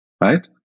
Right